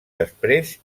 després